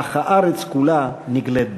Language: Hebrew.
אך הארץ כולה נגלית בה".